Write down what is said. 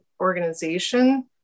organization